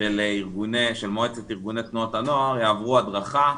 של מועצת ארגוני תנועות הנוער יעברו הדרכה.